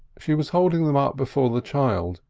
she was holding them up before the child,